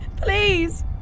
Please